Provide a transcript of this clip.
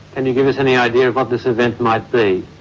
and you give us any idea what this event might be?